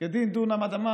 כדין דונם אדמה